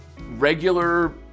regular